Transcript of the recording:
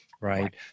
right